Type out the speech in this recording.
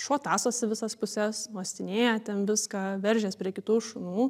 šuo tąsos į visas puses uostinėja ten viską veržias prie kitų šunų